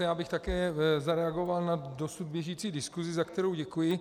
Já bych také zareagoval na dosud běžící diskuzi, za kterou děkuji.